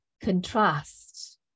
contrast